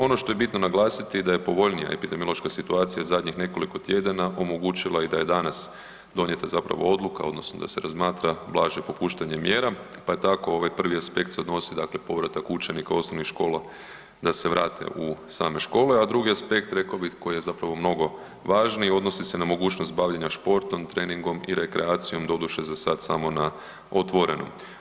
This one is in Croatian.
Ono što je bitno naglasiti da je povoljnija epidemiološka situacija zadnjih nekoliko tjedana omogućila i da je danas donijeta zapravo odluka odnosno da se razmatra blaže popuštanje mjera pa je tako ovaj prvo aspekt se odnosi dakle povratak učenika osnovnih škola, da se vrate u same škole a drugi je aspekt rekao bih, koji je zapravo mnogo važniji, odnosi se na mogućnost bavljenja športom, treningom i rekreacijom, doduše zasad samo na otvorenom.